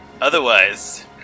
otherwise